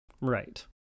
Right